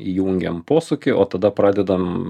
įjungiam posūkį o tada pradedam